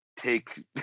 take